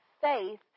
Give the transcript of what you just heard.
faith